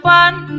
one